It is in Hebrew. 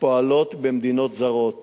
פועלות במדינות זרות